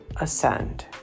ascend